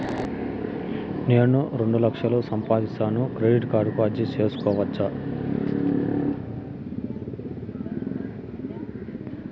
నేను రెండు లక్షలు సంపాదిస్తాను, క్రెడిట్ కార్డుకు అర్జీ సేసుకోవచ్చా?